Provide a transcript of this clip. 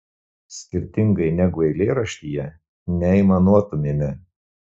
skirtingai negu eilėraštyje neaimanuotumėme